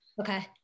okay